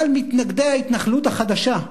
אבל מתנגדי ההתנחלות החדשה,